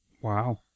Wow